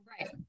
right